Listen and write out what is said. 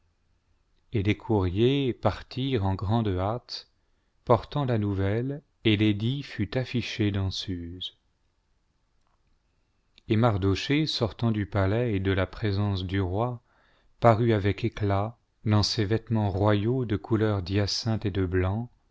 et les coui'riers partirent en gi-ande hâte portant la nouvelle et l'édit fut affiché dans silencieuse et mardochée sçrtant du palais et de la présence du roi parut avec éclat dans ses vêtements royaux de couleur d'hyacinthe et de blanc